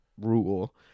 rule